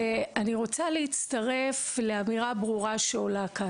אני שמחה על המפגש הזה ועל הדיון הזה.